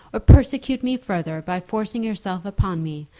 or persecute me further by forcing yourself upon me,